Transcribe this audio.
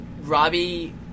Robbie